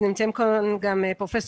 נמצאים: פרופ'